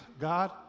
God